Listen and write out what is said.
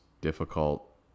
Difficult